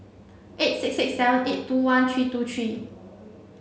eight six six seven eight two one three two three